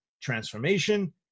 transformation